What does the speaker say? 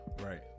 Right